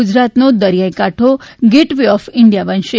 ગુજરાતનો દરિયાઈ કાંઠો ગેટ વે ઑફ ઈન્ડિયા બનશે